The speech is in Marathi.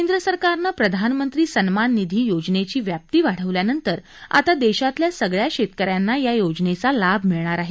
केंद्र सरकारनं प्रधानमंत्री सन्मान निधी योजनेची व्याप्ती वाढवल्यानंतर आता देशातल्या सगळ्या शेतकऱ्यांना या योजेनचा लाभ मिळणार आहे